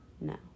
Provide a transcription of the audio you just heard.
No